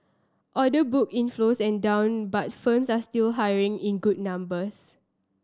order book inflows and down but firms are still hiring in good numbers